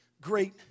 great